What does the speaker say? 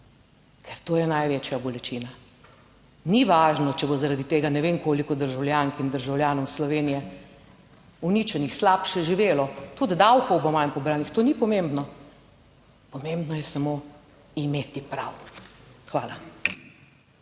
Ker to je največja bolečina. Ni važno, če bo zaradi tega ne vem koliko državljank in državljanov Slovenije uničenih, slabše živelo, tudi davkov bo manj pobranih, to ni pomembno, pomembno je samo imeti prav. Hvala.